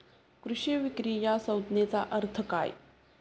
कृषी विक्री या संज्ञेचा अर्थ काय?